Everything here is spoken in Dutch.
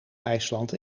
ijsland